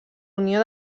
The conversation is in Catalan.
unió